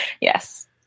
yes